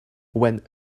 when